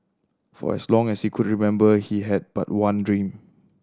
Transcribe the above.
for as long as he could remember he had but one dream